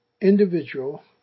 individual